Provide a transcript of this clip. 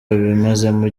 babimazemo